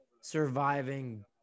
surviving